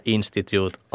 Institute